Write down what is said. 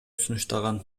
сунуштаган